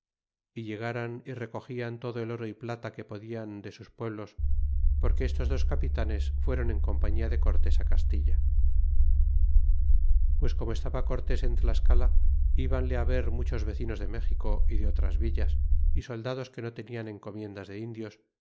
y llegaran y recogian todo el oro y plata que podian de sus pueblos porque estos dos capitanes fuéron en compañia de cortés castilla pues como estaba cortés en tlascala ibanle á ver muchos vecinos de méxico y de otras villas y soldados que no tenian encomiendas